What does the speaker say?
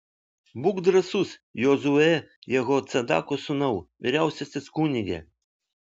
būk drąsus jozue jehocadako sūnau vyriausiasis kunige